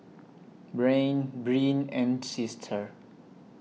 Breanne Bryn and Sister